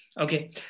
okay